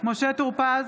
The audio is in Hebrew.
טור פז,